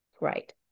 Right